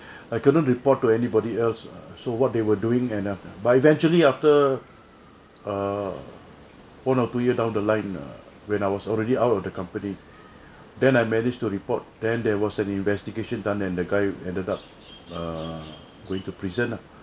I couldn't report to anybody else err so what they were doing end up ah but eventually after err one or two year down the line err when I was already out of the company then I manage to report then there was an investigation done and the guy ended up err going to prison ah